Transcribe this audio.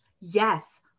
yes